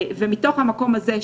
מתוך המקום הזה,